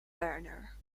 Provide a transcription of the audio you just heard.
burner